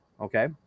okay